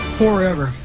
forever